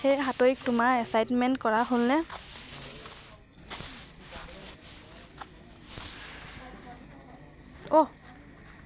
হেই সাত্ৱিক তোমাৰ এছাইনমেণ্ট কৰা হ'লনে